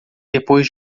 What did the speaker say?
depois